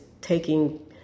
taking